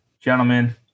Gentlemen